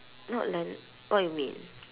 not land what you mean